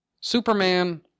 Superman